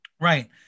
Right